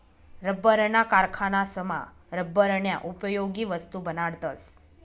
लब्बरना कारखानासमा लब्बरन्या उपयोगी वस्तू बनाडतस